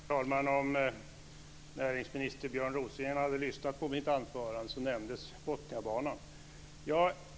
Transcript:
Herr talman! Om näringsminister Björn Rosengren hade lyssnat på mitt anförande skulle han ha hört att Botniabanan nämndes.